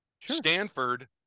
stanford